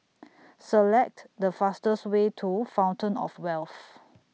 Select The fastest Way to Fountain of Wealth